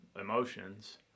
emotions